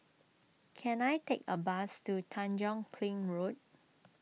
can I take a bus to Tanjong Kling Road